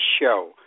Show